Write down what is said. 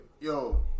yo